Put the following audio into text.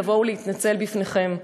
להתנצל בפניכם,